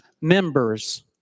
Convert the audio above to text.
members